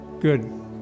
good